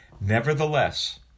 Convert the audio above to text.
Nevertheless